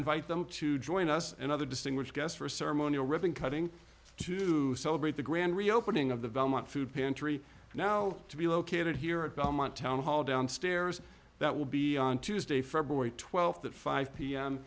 invite them to join us and other distinguished guest for a ceremonial ribbon cutting to celebrate the grand reopening of the belmont food pantry now to be located here at belmont townhall downstairs that will be on tuesday february th at five pm